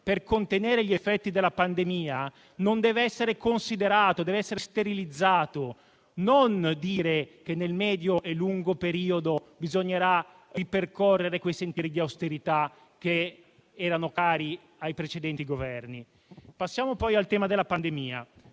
prendere la parola oggi - non deve essere considerato e deve essere sterilizzato. Non si deve dire che nel medio e lungo periodo bisognerà ripercorrere quei sentieri di austerità che erano cari ai precedenti Governi. Passiamo al tema della pandemia.